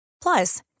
Plus